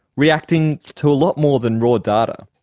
reacting to a lot more than raw data.